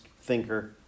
thinker